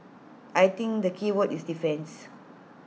I think the keyword is defence